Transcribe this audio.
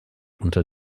unter